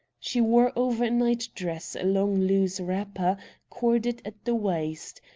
she wore over a night-dress a long loose wrapper corded at the waist,